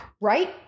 right